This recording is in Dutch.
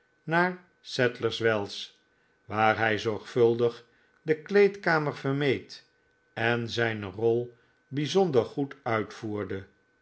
naar sadlers wells waar hij zorgvuldig de kleedkamer vermeed en zijne rol bijzonder goed uitvoerde